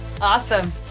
Awesome